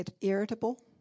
irritable